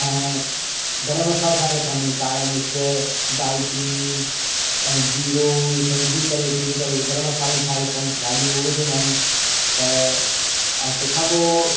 ऐं गर्मु मसालो ठाहे रखिया आहिनि कारा मिर्चु दाल चीनी ऐं जीरो इहे सभु विझी करे पिनी करे गर्मु मसालो ठाहे रखूं भाॼी में उहो विझंदा आहियूं त ऐं तंहिं खां पोइ